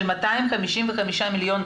של 255 מיליון,